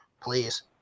please